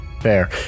Fair